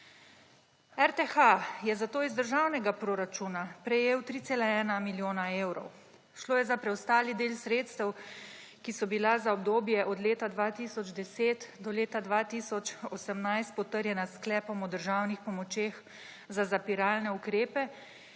RTH je zato iz državnega proračuna prejel 3,1 milijona evrov. Šlo je za preostali del sredstev, ki so bila za obdobje od leta 2010 do leta 2018 potrjena s sklepom o državnih pomočeh za zapiralne ukrepe,